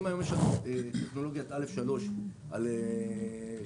אם היום יש לנו טכנולוגיית א'3 של חברת